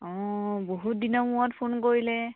অ বহুত দিনৰ মূৰত ফোন কৰিলে